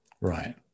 Right